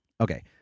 Okay